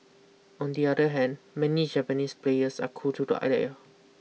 on the other hand many Japanese players are cool to the idea